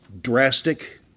drastic